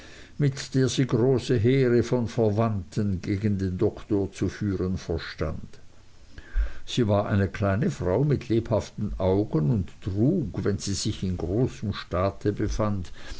mit der sie große heere von verwandten gegen den doktor zu führen verstand sie war eine kleine frau mit lebhaften augen und trug wenn sie sich in großem staat befand